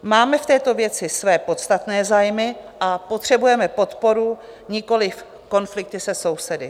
Máme v této věci své podstatné zájmy a potřebujeme podporu, nikoli konflikty se sousedy.